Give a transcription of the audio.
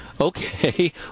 Okay